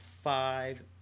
five